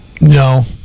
No